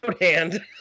hand